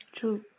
true